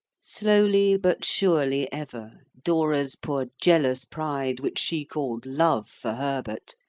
slowly, but surely ever, dora's poor jealous pride, which she call'd love for herbert,